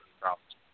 problems